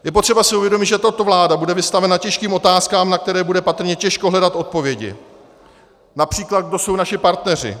Je potřeba si uvědomit, že tato vláda bude vystavena těžkým otázkám, na které bude patrně těžko hledat odpovědi, například kdo jsou naši partneři.